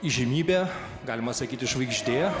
įžymybė galima sakyti žvaigždė